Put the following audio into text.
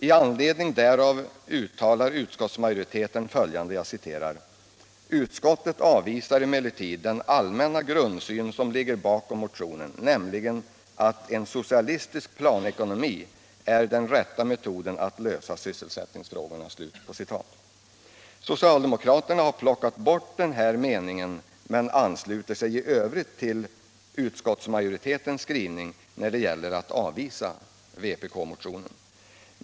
I anledning därav uttalar utskottsmajoriteten följande: ”Utskottet avvisar emellertid den allmänna grundsyn som ligger bakom motionen, nämligen att en socialistisk planekonomi är den rätta metoden att lösa sysselsättningsfrågorna.” Socialdemokraterna har plockat bort den meningen men ansluter sig i övrigt till vår skrivning när det gäller att avvisa vpk-motionen.